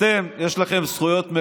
אתם, יש לכם זכויות.